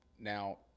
Now